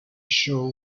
show